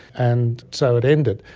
and so it ended.